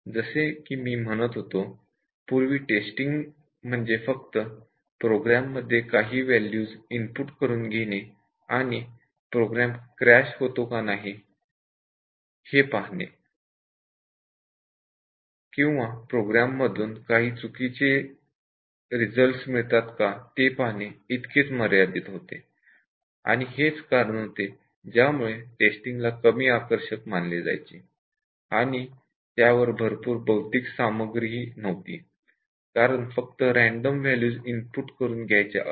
जसे की मी म्हणत होतो पूर्वी टेस्टिंग म्हणजे फक्त प्रोग्राम मध्ये काही व्हॅल्यूज इनपुट करून घेणे आणि प्रोग्राम क्रॅश होतो का नाही किंवा प्रोग्राम मधून काही चुकीचे रिझल्ट मिळतात का नाही ते पाहणे इतकेच मर्यादित होते आणि हेच कारण होते ज्यामुळे टेस्टिंग ला कमी कुशलतेचे काम मानले जायचे आणि त्यावर भरपूर बौद्धिक सामग्री नव्हती कारण फक्त रॅण्डम व्हॅल्यू इनपुट करून घ्यायच्या असत